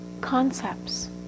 concepts